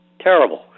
Terrible